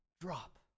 drop